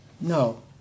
No